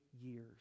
years